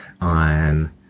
on